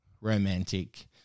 romantic